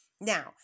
Now